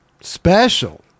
special